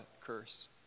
curse